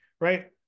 right